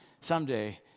someday